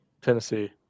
Tennessee